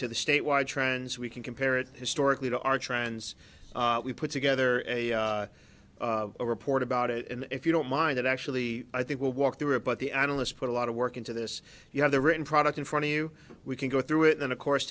to the statewide trends we can compare it historically to our trends we put together a report about it and if you don't mind that actually i think we'll walk through it but the analysts put a lot of work into this you have the written product in front of you we can go through it and of course